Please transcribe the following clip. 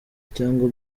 cyangwa